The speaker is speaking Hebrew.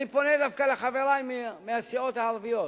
אני פונה דווקא לחברי מהסיעות הערביות: